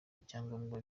ibyangombwa